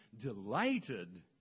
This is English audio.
delighted